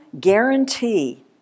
guarantee